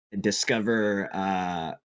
Discover